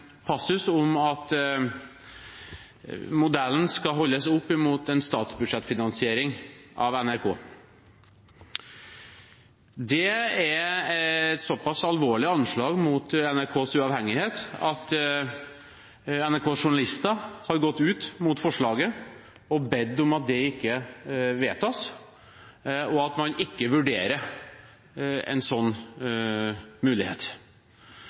statsbudsjettfinansiering av NRK. Det er et såpass alvorlig anslag mot NRKs uavhengighet at NRKs journalister har gått ut mot forslaget og bedt om at det ikke vedtas, at man ikke vurderer en sånn mulighet.